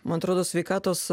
man atrodo sveikatos